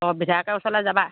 অঁ বিধায়কৰ ওচৰলৈ যাবা